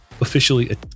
officially